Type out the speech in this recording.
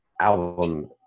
album